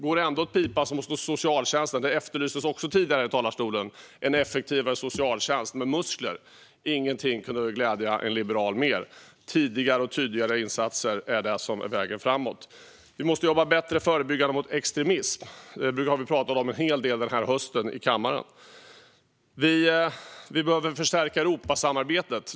Går det ändå åt pipan måste socialtjänsten gå in. En effektivare socialtjänst med muskler efterlystes också tidigare i talarstolen, och ingenting kunde väl glädja en liberal mer. Tidigare och tydligare insatser är vägen framåt. Vi måste jobba bättre förebyggande mot extremism. Det har vi pratat om en hel del här i kammaren under hösten. Vi behöver förstärka Europasamarbetet.